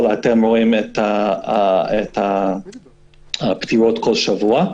רואים את הפטירות כל שבוע.